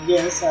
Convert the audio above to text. Yes